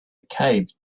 cape